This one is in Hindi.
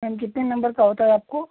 मैम कितने नम्बर का होता है आपको